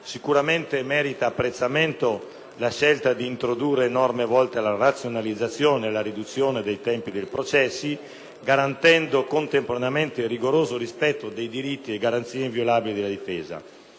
Sicuramente merita apprezzamento la scelta di introdurre norme volte alla razionalizzazione e alla riduzione dei tempi dei processi, garantendo contemporaneamente il rigoroso rispetto dei diritti e delle garanzie inviolabili della difesa.